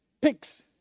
pigs